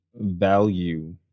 value